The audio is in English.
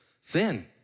sin